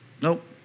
nope